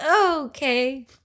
Okay